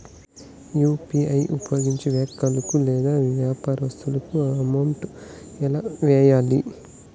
UPI ఉపయోగించి వ్యక్తులకు లేదా వ్యాపారస్తులకు అమౌంట్ ఎలా వెయ్యాలి